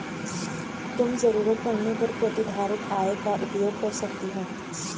तुम ज़रूरत पड़ने पर प्रतिधारित आय का उपयोग कर सकती हो